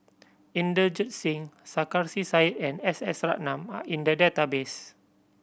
Inderjit Singh Sarkasi Said and S S Ratnam are in the database